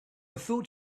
thought